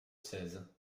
seize